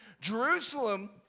Jerusalem